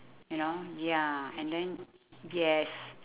you know ya and then yes